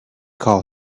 call